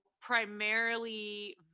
primarily